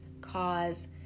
cause